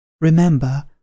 Remember